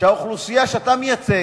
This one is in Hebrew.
שהאוכלוסייה שאתה מייצג,